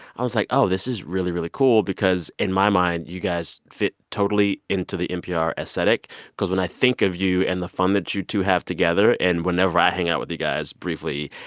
i was like, oh, this is really, really cool because, in my mind, you guys fit totally into the npr aesthetic because when i think of you and the fun that you two have together and whenever i hang out with you guys briefly,